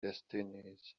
destinies